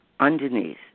Underneath